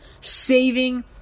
saving